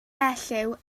elliw